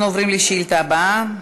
אנחנו עוברים לשאילתה הבאה,